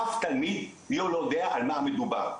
אף תלמיד לא יודע על מה מדובר,